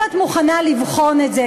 אם את מוכנה לבחון את זה,